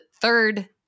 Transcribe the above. third